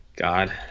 god